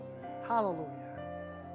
Hallelujah